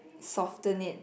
soften it